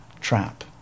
trap